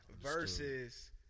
Versus